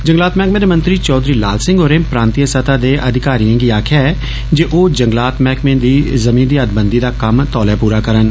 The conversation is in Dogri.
जंगलात मैहकमे दे मंत्री चौधरी लाल सिंह होरें प्रांतीय स्तह दे अधिकारियें गी आक्खेआ ऐ जे ओ जंगलात मैहकमें दी ज़िमी दी हदबंदी दा कम्म तौले पूरा करन